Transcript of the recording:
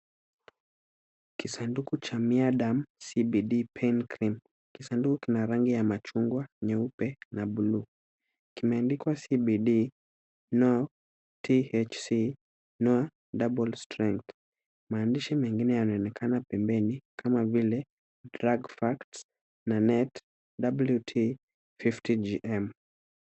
Kisanduku cha Myadems CBD Pain Cream. Kisanduku kina rangi ya machungwa, nyeupe na buluu. Kimeandikwa CBD NO THC no double strength . Maandishi mengine yameandikwa pembeni kama vile drug facts na net wt fifty gm .